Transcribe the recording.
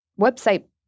website